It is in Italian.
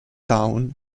town